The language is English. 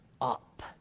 up